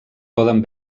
poden